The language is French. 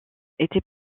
étaient